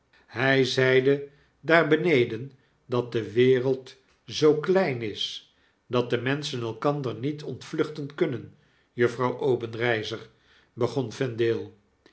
hjj zeide daar beneden dat de wereld zoo klein is dat de menschen elkander niet ontvluchten kunnen juffrouw obenreizer begon vendale